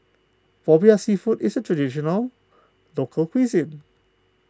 Popiah Seafood is a Traditional Local Cuisine